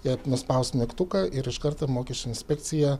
jie nuspaus mygtuką ir iš karto mokesčių inspekcija